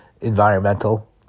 environmental